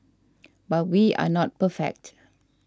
but we are not perfect